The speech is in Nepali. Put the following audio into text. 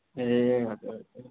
ए हजुर